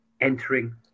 entering